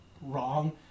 wrong